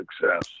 success